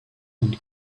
and